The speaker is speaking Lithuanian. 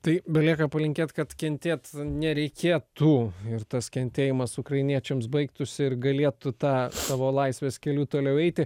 tai belieka palinkėt kad kentėt nereikėtų ir tas kentėjimas ukrainiečiams baigtųsi ir galėtų tą savo laisvės keliu toliau eiti